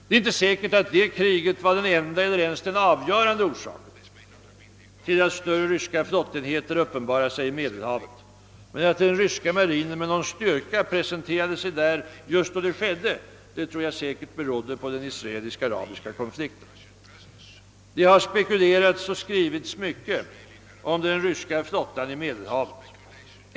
Det är inte säkert att detta krig var den enda eller ens den avgörande orsaken till att större ryska flott-- enheter uppenbarade sig i Medelhavet. Men att den ryska marinen med någon styrka presenterade sig där just då det skedde, berodde säkert på den israe-- lisk-arabiska konflikten. Det har spekulerats och skrivits myc-- ket om den ryska flottan i Medehavet.